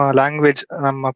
language